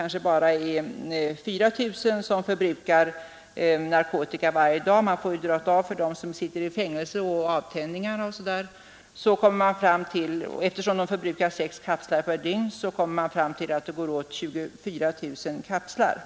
Av dem torde 4 000 förbruka narkotika varje dag — man måste räkna bort dem som sitter i fängelse, är under ”avtändning” eller av någon anledning inte kommer åt narkotika. Om de andra förbrukar sex kapslar per dygn blir det sammanlagt 24 000 kapslar.